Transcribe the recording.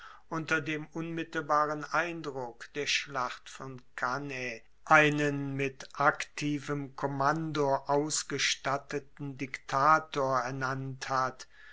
unter dem unmittelbaren eindruck der schlacht von cannae einen mit aktivem kommando ausgestatteten diktator ernannt hat